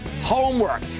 homework